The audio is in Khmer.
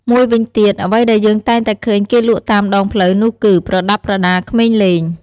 មួយវិញទៀត អ្វីដែលយើងតែងតែឃើញគេលក់តាមដងផ្លូវនោះគឺ ប្រដាប់ប្រដាក្មេងលេង។